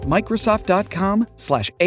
Microsoft.com/slash